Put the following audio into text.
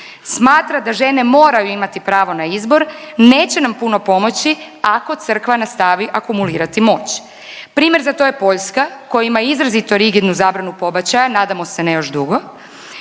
smatra da žene moraju imati pravo na izbor neće nam puno pomoći ako Crkva nastavi akumulirati moć. Primjer za to je Poljska koja ima izrazito rigidnu zabranu pobačaja, nadamo se ne još dugo,